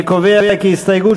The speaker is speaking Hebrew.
אני קובע כי הסתייגות